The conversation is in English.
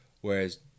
whereas